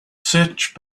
search